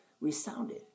resounded